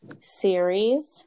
series